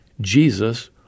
Jesus